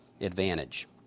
advantage